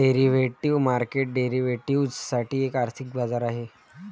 derivative market derivatives साठी एक आर्थिक बाजार आहे